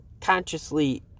consciously